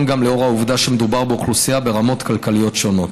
גם לאור העובדה שמדובר באוכלוסייה ברמות כלכליות שונות.